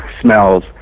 smells